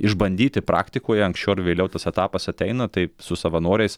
išbandyti praktikoje anksčiau ar vėliau tas etapas ateina taip su savanoriais